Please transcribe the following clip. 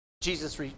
Jesus